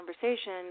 conversation